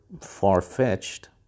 far-fetched